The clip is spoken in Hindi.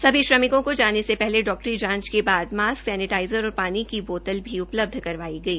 सभी श्रमिकों को जाने से पहले डाक्टरी जांच के बाद मास्क सैनेटाइज़र और पानी की बोतले भी उपलब्ध करवाई गई